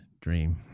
Dream